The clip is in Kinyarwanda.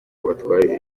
batware